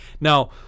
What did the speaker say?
now